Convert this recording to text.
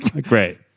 Great